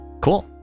cool